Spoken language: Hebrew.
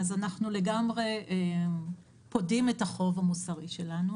אנחנו לגמרי פודים את החוב המוסרי שלנו.